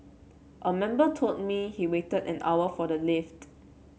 a member told me he waited an hour for the lift